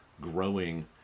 growing